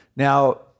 Now